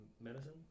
Medicine